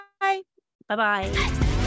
Bye-bye